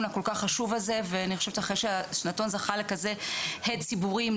הכול כך חשוב הזה ואני חושב שאחרי שהשנתון זכה לכזה הד ציבורים,